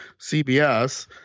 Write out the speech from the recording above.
CBS